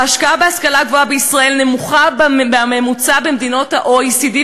ההשקעה בהשכלה הגבוהה בישראל נמוכה מהממוצע במדינות ה-OECD,